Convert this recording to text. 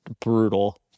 brutal